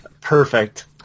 Perfect